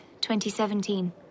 2017